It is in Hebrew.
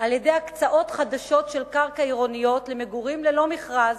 על-ידי הקצאות חדשות של קרקעות עירוניות למגורים ללא מכרז,